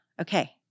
okay